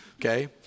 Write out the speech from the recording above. Okay